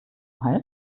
hals